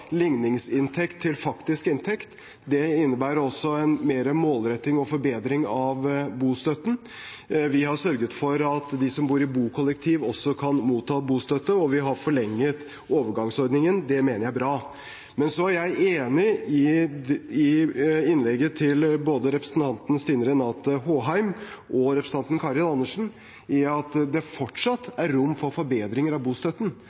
ligningsinntekt til faktisk inntekt. Det innebærer også mer målretting og forbedring av bostøtten. Vi har sørget for at de som bor i bokollektiv, også kan motta bostøtte, og vi har forlenget overgangsordningen. Det mener jeg er bra. Jeg er enig i innleggene til representantene Stine Renate Håheim og Karin Andersen, om at det fortsatt er rom for forbedringer av bostøtten.